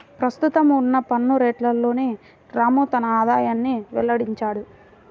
ప్రస్తుతం ఉన్న పన్ను రేట్లలోనే రాము తన ఆదాయాన్ని వెల్లడించాడు